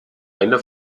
eine